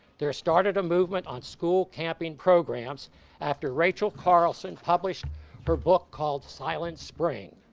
there started a movement on school camping programs after rachel carlson published her book called silent spring.